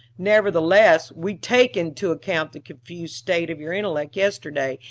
nevertheless, we take into account the confused state of your intellect yesterday,